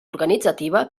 organitzativa